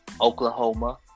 Oklahoma